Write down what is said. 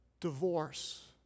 Divorce